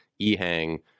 ehang